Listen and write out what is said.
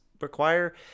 require